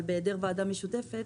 אבל בהיעדר ועדה משותפת